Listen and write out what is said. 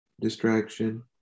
distraction